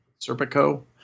Serpico